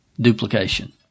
duplication